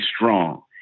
strong